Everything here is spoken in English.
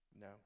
No